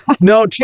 no